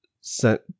sent